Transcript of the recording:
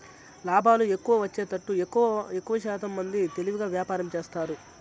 లాభాలు ఎక్కువ వచ్చేతట్టు ఎక్కువశాతం మంది తెలివిగా వ్యాపారం చేస్తారు